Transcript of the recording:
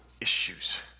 issues